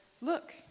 Look